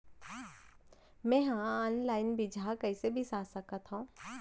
मे हा अनलाइन बीजहा कईसे बीसा सकत हाव